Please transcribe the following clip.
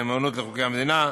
נאמנות לחוקי המדינה,